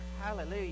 Hallelujah